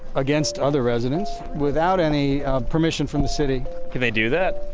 against other residents, without any permission from the city can they do that?